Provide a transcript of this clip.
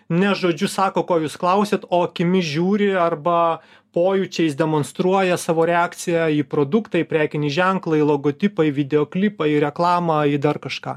ne žodžiu sako ko jūs klausiat o akimis žiūri arba pojūčiais demonstruoja savo reakciją į produktą į prekinį ženklą logotipa į videoklipą į reklamą į dar kažką